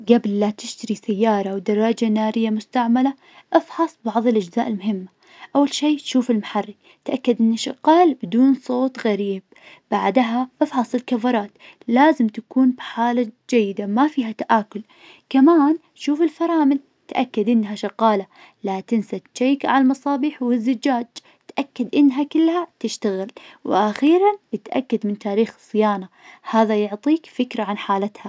قبل لا تشتري سيارة أو دراجة نارية مستعملة، افحص بعض الأجزاء المهمة, أول شيء، شوف المحرك وتأكد إنه شغال بدون صوت غريب. بعدها، افحص الكفرات، لازم تكون بحالة جيدة, ما فيها تآكل. كمان، شوف الفرامل وتأكد أنها شغالة. لا تنسى تشيك عالمصابيح والزجاج، تأكد أنها كلها تشتغل. وأخيرًا، اتأكد من تاريخ الصيانة، هذا يعطيك فكرة عن حالتها.